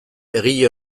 egile